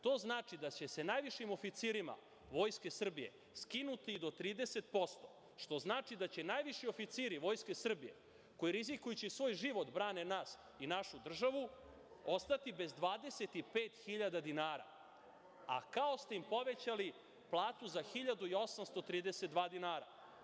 To znači da će se najvišim oficirima Vojske Srbije skinuti do 30%, što znači da će najviši oficiri Vojske Srbije, koji rizikujući svoj život brane nas i našu državu, ostati bez 25 hiljada dinara, a kao ste im povećali platu za 1.832 dinara.